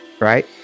right